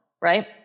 Right